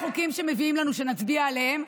אלה החוקים שמביאים לנו שנצביע עליהם,